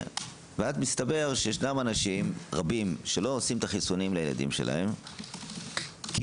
ואז מסתבר שיש אנשים רבים שלא עושים את החיסונים לילדיהם כי שוכחים,